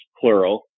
plural